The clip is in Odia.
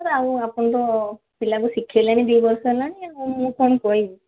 ସାର୍ ଆଉ ଆପଣ ତ ପିଲାକୁ ଶିଖାଇଲେଣି ଦୁଇବର୍ଷ ହେଲାଣି ଆଉ ମୁଁ କ'ଣ କହିବି